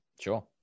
Sure